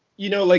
you know, like